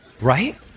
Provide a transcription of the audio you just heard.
Right